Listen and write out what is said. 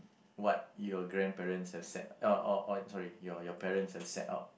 what your grandparents have set or or or sorry your parents have set out